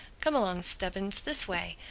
come along, stubbins, this way.